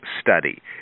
study